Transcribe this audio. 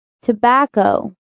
tobacco